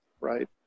right